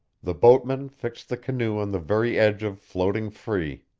the boatmen fixed the canoe on the very edge of floating free.